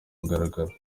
mugaragaro